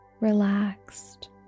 relaxed